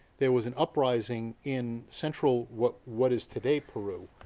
there was an uprising in central, what what is today peru,